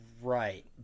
Right